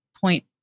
point